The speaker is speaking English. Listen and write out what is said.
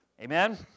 Amen